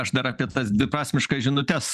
aš dar apie tas dviprasmiškas žinutes